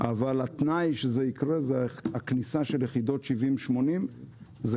אבל התנאי לכך שזה יקרה הוא הכניסה של יחידות 80-70. זה